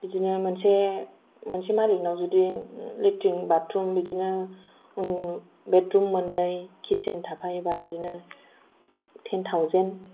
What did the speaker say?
बिदिनो मोनसे मोनसे मालिकनाव जुदि लेट्रिन बाथ्रुम बिदिनो बेद्रुम मोननै किटसेन थाफायोब्ला बिदिनो टेन थावजेन